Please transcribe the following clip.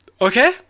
okay